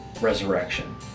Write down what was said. resurrection